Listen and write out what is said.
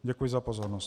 Děkuji za pozornost.